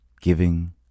Giving